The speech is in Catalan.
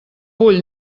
vull